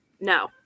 no